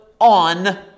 on